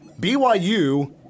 BYU